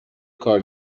کار